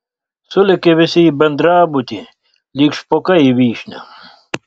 sulėkė visi į bendrabutį lyg špokai į vyšnią